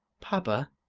papa,